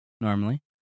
normally